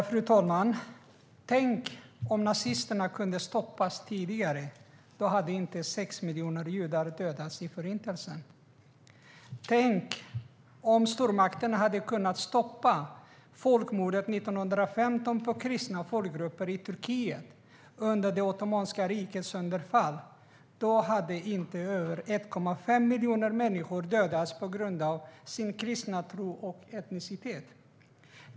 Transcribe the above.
Fru talman! Tänk om nazisterna kunde ha stoppats tidigare! Då hade inte 6 miljoner judar dödats i Förintelsen. Tänk om stormakterna hade kunnat stoppa folkmordet 1915 på kristna folkgrupper i Turkiet under det ottomanska rikets sönderfall! Då hade inte över 1,5 miljoner människor dödats på grund av sin kristna tro och etnicitet.